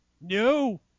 No